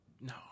No